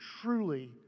truly